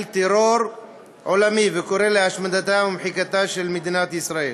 טרור עולמי וקורא להשמדתה ומחיקתה של מדינת ישראל.